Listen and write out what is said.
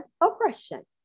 oppression